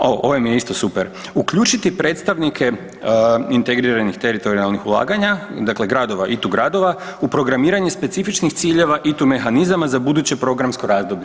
Ovaj mi je isto super, uključiti predstavnike integriranih teritorijalnih ulaganja, dakle gradova, ITU gradova u programiranje specifičnih ciljeva i ITU mehanizama za buduće programsko razdoblje.